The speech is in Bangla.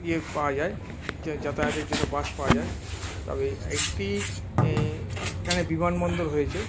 ইয়ে পাওয়া যায় যাতায়াতের জন্য বাস পাওয়া যায় তবে একটি এখানে বিমানবন্দর হয়েছে